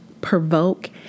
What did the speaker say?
provoke